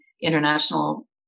international